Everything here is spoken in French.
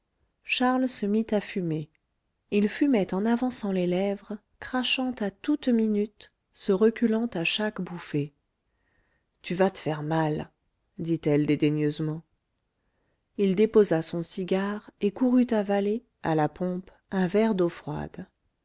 charles se mit à fumer il fumait en avançant les lèvres crachant à toute minute se reculant à chaque bouffée tu vas te faire mal dit-elle dédaigneusement il déposa son cigare et courut avaler à la pompe un verre d'eau froide